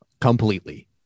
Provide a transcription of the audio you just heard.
completely